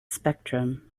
spectrum